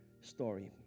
story